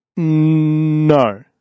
No